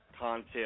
content